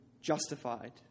justified